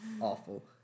awful